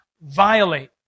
violate